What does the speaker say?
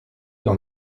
dans